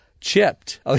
Chipped